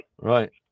Right